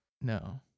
no